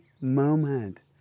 moment